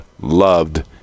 loved